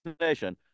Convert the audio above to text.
Nation